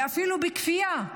ואפילו בכפייה.